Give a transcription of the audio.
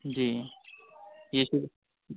جی یہ تو